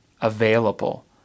Available